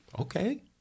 okay